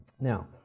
Now